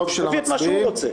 מביא את מה שהוא רוצה.